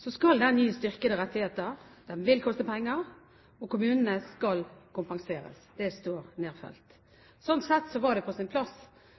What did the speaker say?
skal den gi styrkede rettigheter, den vil koste penger, og kommunene skal kompenseres. Det står nedfelt. Sånn sett var det på sin plass